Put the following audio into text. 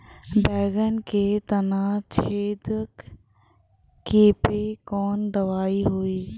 बैगन के तना छेदक कियेपे कवन दवाई होई?